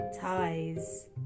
ties